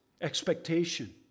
expectation